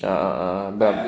a'ah a'ah but